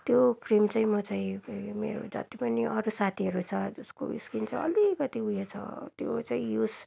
त्यो क्रिम चाहिँ म चाहिँ मेरो जति पनि अरू साथीहरू छ जसको स्किन चाहिँ अलिकति उयो छ त्यो चाहिँ युज